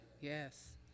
Yes